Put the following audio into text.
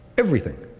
everything.